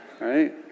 right